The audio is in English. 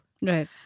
Right